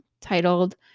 titled